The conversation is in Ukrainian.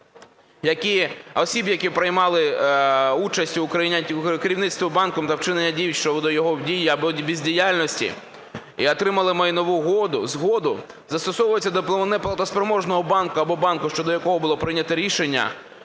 осіб, які приймали участь у керівництві банком та вчиненні дій щодо його дій або бездіяльності і отримали майнову згоду, застосовується до неплатоспроможного банку або банку, щодо якого було прийнято рішення,